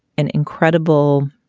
an incredible